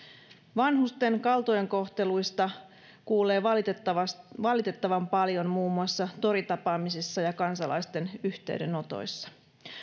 vanhusten kaltoinkohteluista kuulee valitettavan paljon muun muassa toritapaamisissa ja kansalaisten yhteydenotoissa